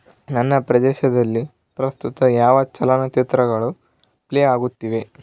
ನನ್ನ ಪ್ರದೇಶದಲ್ಲಿ ಪ್ರಸ್ತುತ ಯಾವ ಚಲನಚಿತ್ರಗಳು ಪ್ಲೇ ಆಗುತ್ತಿವೆ